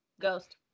ghost